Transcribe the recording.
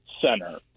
center